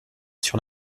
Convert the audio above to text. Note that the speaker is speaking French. sur